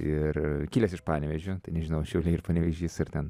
ir kilęs iš panevėžio nežinau šiauliai ir panevėžys ar ten